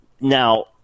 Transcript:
now